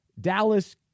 Dallas